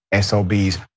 SOBs